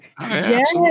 Yes